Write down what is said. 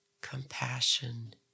compassion